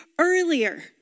earlier